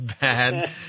bad